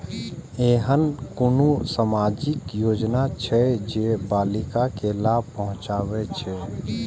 ऐहन कुनु सामाजिक योजना छे जे बालिका के लाभ पहुँचाबे छे?